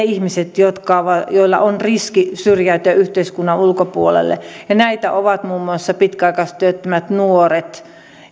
ihmiset joilla on riski syrjäytyä yhteiskunnan ulkopuolelle näitä ovat muun muassa pitkäaikaistyöttömät nuoret